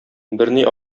берни